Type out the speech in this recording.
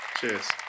Cheers